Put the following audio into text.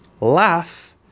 laugh